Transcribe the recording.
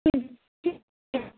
হুম হুম হুম